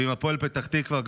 עם הפועל פתח תקווה,